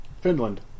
Finland